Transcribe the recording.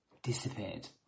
disappeared